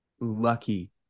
lucky